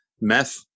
meth